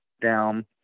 down